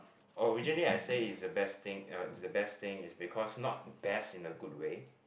oh usually I say it's the best thing it's the best thing it's because not best in a good way